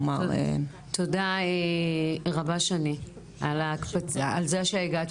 תודה רבה שני על זה שהגעת.